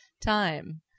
time